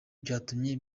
byatumye